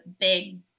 big